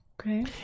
Okay